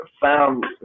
found